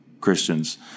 Christians